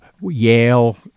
Yale